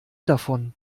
davon